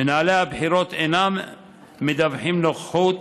מנהלי הבחירות אינם מדווחים על נוכחות